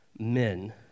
men